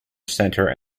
center